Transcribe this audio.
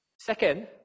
Second